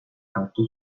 hartu